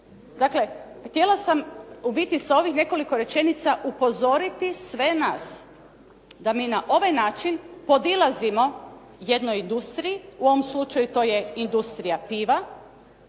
Dakle, htjela sam ubiti sa ovih nekoliko rečenica upozoriti sve nas da mi na ovaj način podilazimo jednoj industriji, u ovom slučaju to je industrija piva